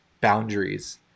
boundaries